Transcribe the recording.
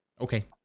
Okay